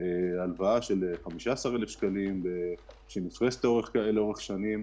האלו נפרסת לאורך שנים.